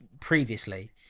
previously